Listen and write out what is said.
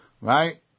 Right